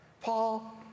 Paul